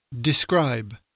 Describe